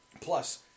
Plus